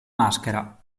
maschera